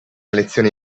lezione